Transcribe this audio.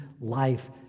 life